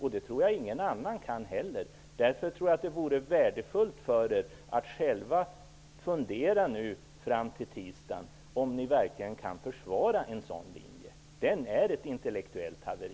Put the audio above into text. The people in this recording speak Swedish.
Det tror jag ingen annan kan heller. Därför vore det värdefullt för er att fram till tisdagen själva fundera över om ni verkligen kan försvara en sådan linje. Den är ett intellektuellt haveri.